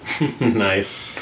Nice